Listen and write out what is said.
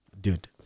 Dude